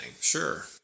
Sure